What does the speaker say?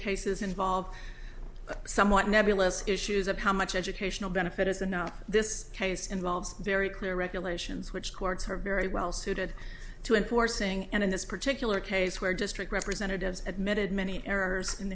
cases involve somewhat nebulous issues of how much educational benefit is and know this case involves very clear regulations which courts are very well suited to enforcing and in this particular case where district representatives admitted many errors in